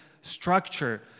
structure